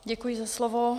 Děkuji za slovo.